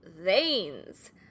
veins